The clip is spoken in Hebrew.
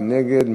מי נגד?